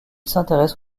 s’intéresse